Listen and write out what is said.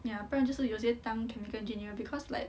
ya 不然就是有些当 chemical engineer because like